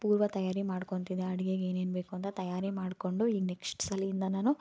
ಪೂರ್ವ ತಯಾರಿ ಮಾಡ್ಕೊಳ್ತಿದೆ ಅಡ್ಗೆಗೆ ಏನೇನು ಬೇಕು ಅಂತ ತಯಾರಿ ಮಾಡಿಕೊಂಡು ಈಗ ನೆಕ್ಶ್ಟ್ ಸಲದಿಂದ ನಾನು